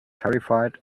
terrified